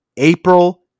April